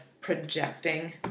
projecting